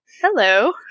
Hello